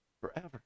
forever